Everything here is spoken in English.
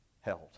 held